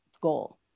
goal